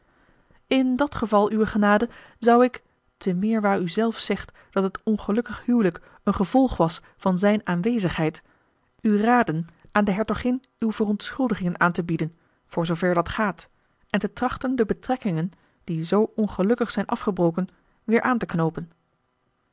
in dat geval uwe genade zou ik te meer waar u zelf zegt dat het ongelukkig huwelijk een gevolg was van zijn aanwezigheid u raden aan de hertogin uw verontschuldigingen aan te bieden voor zoover dat gaat en te trachten de betrekkingen die zoo ongelukkig zijn afgebroken weer aan te knoopen